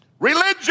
Religion